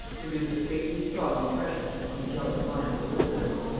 produced a fatally strong impression on the jealous mind of elizabeth.